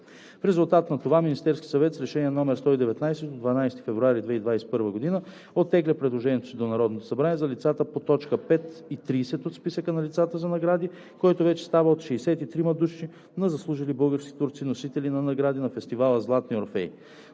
В резултат на това Министерският съвет с Решение № 119 от 12 февруари 2021 г. оттегля предложението си до Народното събрание за лицата по т. 5 и 30 от списъка на лицата за награди, който вече става от 63-ма души на заслужили български творци, носители на награди на фестивала „Златният Орфей“.